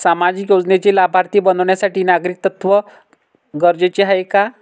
सामाजिक योजनेचे लाभार्थी बनण्यासाठी नागरिकत्व गरजेचे आहे का?